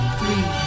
three